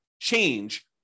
change